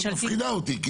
הכותרת הזאת מפחידה אותי.